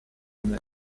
mai